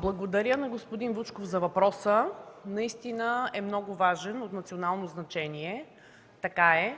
Благодаря на господин Вучков за въпроса. Наистина е много важен, от национално значение е. Така е.